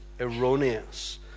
erroneous